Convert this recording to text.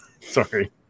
Sorry